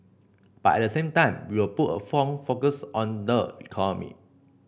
but at the same time we'll put a phone focus on the economy